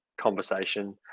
conversation